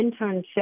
internship